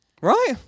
Right